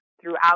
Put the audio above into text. throughout